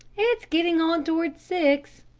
its getting on toward six,